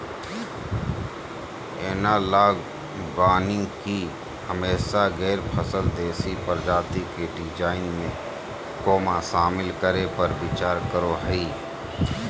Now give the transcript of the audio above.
analogue वानिकी हमेशा गैर फसल देशी प्रजाति के डिजाइन में, शामिल करै पर विचार करो हइ